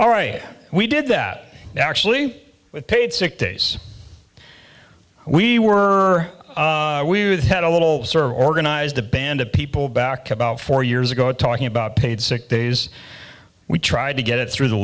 all right we did that actually with paid sick days we were we had a little survey organized a band of people back about four years ago talking about paid sick days we tried to get it through the